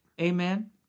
Amen